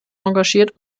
engagiert